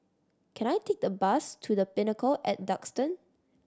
can I take the bus to The Pinnacle at Duxton